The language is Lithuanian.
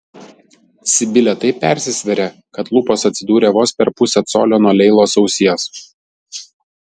sibilė taip persisvėrė kad lūpos atsidūrė vos per pusę colio nuo leilos ausies